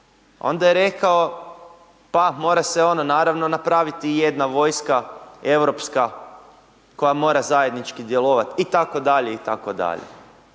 Onda je rekao, pa mora se ono naravno napraviti i jedna vojska europska koja mora zajednički djelovati, itd., itd..